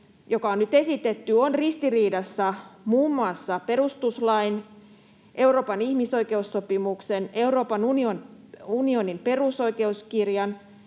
joka on nyt esitetty, on ristiriidassa muun muassa perustuslain, Euroopan ihmisoikeussopimuksen, Euroopan unionin perusoikeuskirjan,